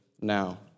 now